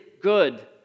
good